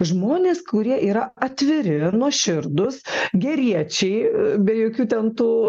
žmonės kurie yra atviri nuoširdūs geriečiai be jokių ten tų